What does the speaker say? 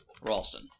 Ralston